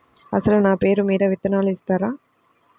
అసలు నా పేరు మీద విత్తనాలు ఇస్తారా?